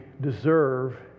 deserve